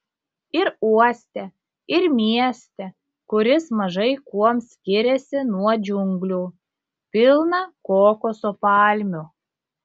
ir uoste ir mieste kuris mažai kuom skiriasi nuo džiunglių pilna kokoso palmių